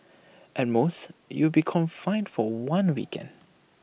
at most you'll be confined for one weekend